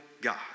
God